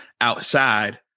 outside